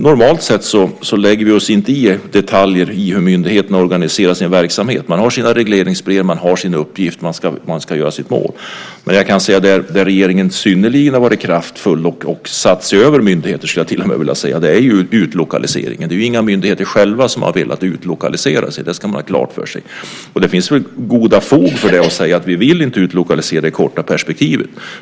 Normalt sett lägger vi oss inte i detalj i hur myndigheter hanterar sin verksamhet. Man har sina regleringsbrev. Man har sin uppgift och man ska nå sitt mål. Ett område där regeringen har varit synnerligen kraftfull och satt sig över myndigheter är just utlokaliseringen. Det är ju inga myndigheter som själva har velat utlokalisera sig. Det ska man ha klart för sig. Det finns fog för att säga att vi inte vill utlokalisera i det korta perspektivet.